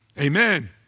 Amen